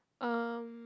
um